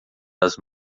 das